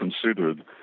considered